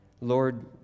Lord